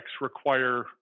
require